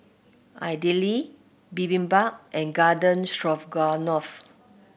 Idili Bibimbap and Garden Stroganoff